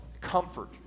comfort